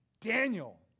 Daniel